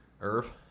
Irv